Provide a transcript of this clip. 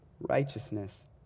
righteousness